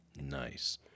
Nice